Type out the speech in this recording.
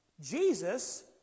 Jesus